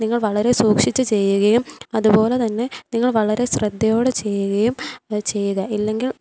നിങ്ങൾ വളരെ സൂക്ഷിച്ച് ചെയ്യുകയും അതു പോലെ തന്നെ നിങ്ങൾ വളരെ ശ്രദ്ധയോടെ ചെയ്യുകയും അത് ചെയ്യുക ഇല്ലെങ്കിൽ